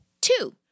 Two